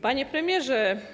Panie Premierze!